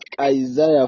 Isaiah